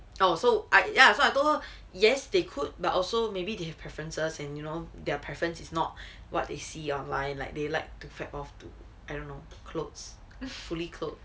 oh so I ya so I told her yes they could but also maybe they have preferences and you know their preference is not what they see online like they like to fap off to I don't know clothes fully clothed